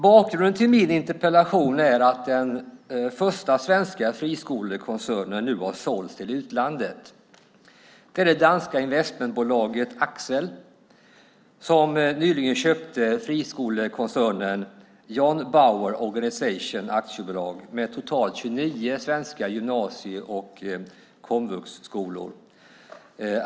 Bakgrunden till min interpellation är att den första svenska friskolekoncernen nu har sålts till utlandet. Det är det danska investmentbolaget Axcel som nyligen köpte friskolekoncernen John Bauer Organization AB med totalt 29 svenska gymnasie och komvuxskolor.